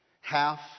half